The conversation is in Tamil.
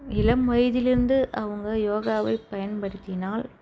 இளம் வயதிலிருந்து அவங்க யோகாவை பயன்படுத்தினால்